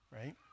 right